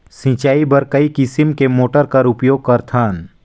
सिंचाई बर कई किसम के मोटर कर उपयोग करथन?